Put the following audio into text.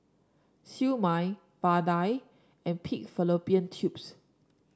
Siew Mai vadai and Pig Fallopian Tubes